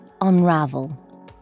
unravel